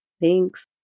Thanks